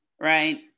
right